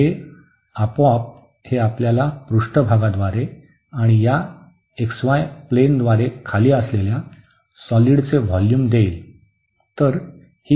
तर हे आपोआप हे आपल्याला पृष्ठभागाद्वारे आणि या xy प्लेनाद्वारे खाली असलेल्या सॉलिडचे व्होल्यूम देईल